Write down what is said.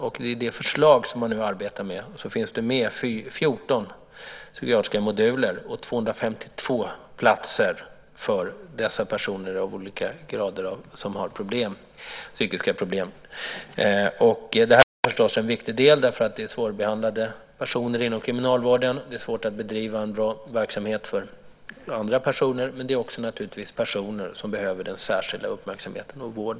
I det förslag som man nu arbetar med finns det med 14 psykiatriska moduler och 252 platser för dessa personer med olika grader av psykiska problem. Det här är förstås en viktig sak. Det är fråga om svårbehandlade personer inom kriminalvården. Det är svårt att bedriva en bra verksamhet för andra personer, men det här är också naturligtvis personer som behöver en särskild uppmärksamhet och vård.